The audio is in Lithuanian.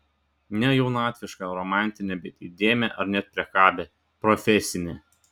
ne jaunatvišką romantinę bet įdėmią ar net priekabią profesinę